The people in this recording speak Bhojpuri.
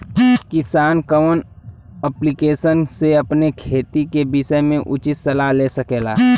किसान कवन ऐप्लिकेशन से अपने खेती के विषय मे उचित सलाह ले सकेला?